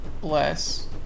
Bless